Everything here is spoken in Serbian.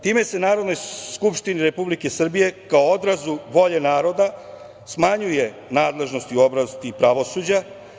Time se Narodnoj skupštini Republike Srbije, kao odrazu volje naroda, smanjuje nadležnost u oblasti pravosuđa.